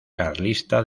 carlista